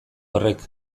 horrek